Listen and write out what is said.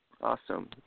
Awesome